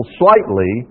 slightly